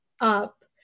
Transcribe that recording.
up